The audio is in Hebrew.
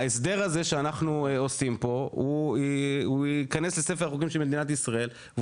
ההסדר הזה שאנחנו עושים פה הוא ייכנס לספר החוקים של מדינת ישראל,